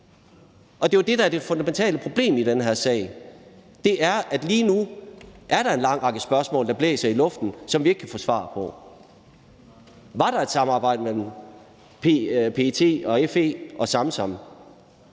Det er jo det, der er det fundamentale problem i den her sag. Lige nu er der en lang række spørgsmål, der blæser i vinden, som vi ikke kan få svar på. Var der et samarbejde mellem PET og FE og Samsam?